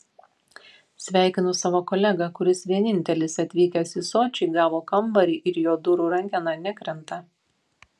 sveikinu savo kolegą kuris vienintelis atvykęs į sočį gavo kambarį ir jo durų rankena nekrenta